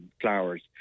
flowers